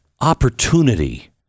opportunity